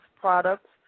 products